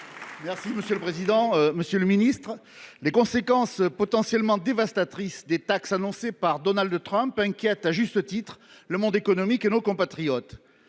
de l’Europe et des affaires étrangères, les conséquences potentiellement dévastatrices des taxes annoncées par Donald Trump inquiètent à juste titre le monde économique et nos compatriotes.